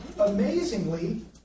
amazingly